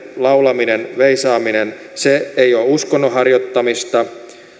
laulaminen veisaaminen kyllä ole uskonnon harjoittamista